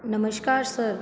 नमस्कार सर